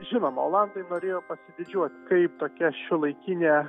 žinoma olandai norėjo pasididžiuoti kaip tokia šiuolaikine